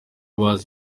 bazi